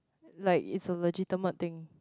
like it's a legitimate thing